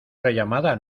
rellamada